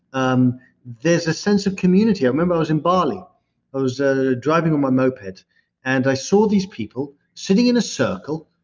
um there's a sense of community. i remember i was in bali i ah was ah driving on my moped and i saw these people sitting in a circle.